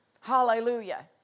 Hallelujah